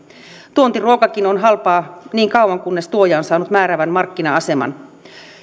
tuontiruokakin on halpaa niin kauan kunnes tuoja on saanut määräävän markkina aseman